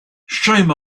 shame